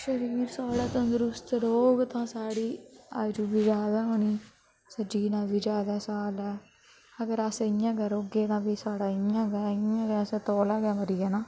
शरीर साढ़ा तंदरुस्त रौह्ग तां साढ़ी आजु बी ज्यादा होनी असें जीना बी ज्यादा साल ऐ अगर अस इ'यां गै रौह्गे तां फ्ही साढ़ी इ'यां गै इ'यां गै असें तौला गै मरी जाना